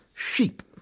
Sheep